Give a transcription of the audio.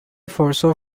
foresaw